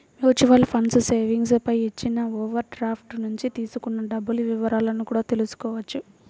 mutual funds savings పై ఇచ్చిన overdraft నుంచి తీసుకున్న డబ్బుల వివరాలను కూడా తెల్సుకోవచ్చు